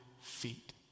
feet